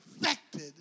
affected